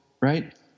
right